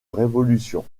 révolution